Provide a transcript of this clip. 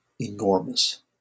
enormous